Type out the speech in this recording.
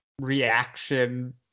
reaction